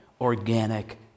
organic